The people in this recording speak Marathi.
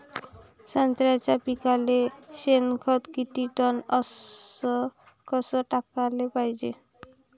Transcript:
संत्र्याच्या पिकाले शेनखत किती टन अस कस टाकाले पायजे?